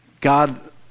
God